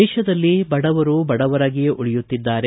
ದೇಶದಲ್ಲಿ ಬಡವರು ಬಡವರಾಗಿಯೇ ಉಳಿಯುತ್ತಿದ್ದಾರೆ